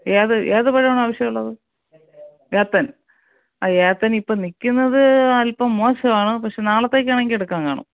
ഏത് ഏത് പഴമാണ് ആവശ്യമുള്ളത് ഏത്തൻ ആ ഏത്തൻ ഇപ്പോൾ നിൽക്കുന്നത് അൽപ്പം മോശമാണ് പക്ഷേ നാളത്തേക്കാണെങ്കിൽ എടുക്കാൻ കാണും